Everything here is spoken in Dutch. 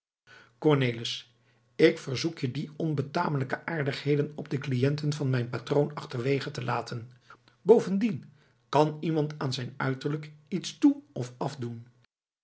cornelis ik verzoek je die onbetamelijke aardigheden op de cliënten van mijn patroon achterwege te laten bovendien kan iemand aan zijn uiterlijk iets toe of afdoen